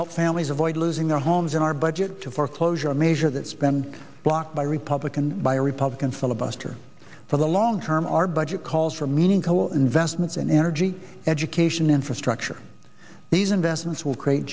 help families avoid losing their homes in our budget to foreclosure measure that spend blocked by republican by republican filibuster for the long term our budget calls for meaning coal investments in energy education infrastructure these investments will create